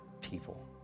people